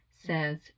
says